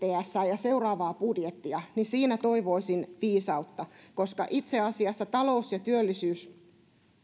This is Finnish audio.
ja seuraavaa budjettia siinä toivoisin viisautta koska itse asiassa talous ja työllisyys